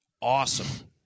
awesome